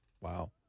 Wow